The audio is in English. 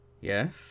yes